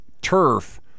turf